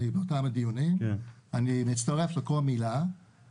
אני לא אוסיף הרבה על הדברים שנאמרו כאן על ידי ראש